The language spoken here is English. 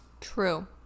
true